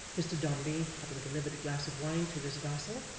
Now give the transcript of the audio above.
mr dombey, having delivered a glass of wine to this vassal,